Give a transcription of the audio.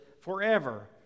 forever